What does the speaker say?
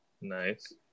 Nice